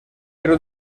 però